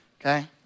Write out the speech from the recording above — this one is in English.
Okay